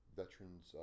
veterans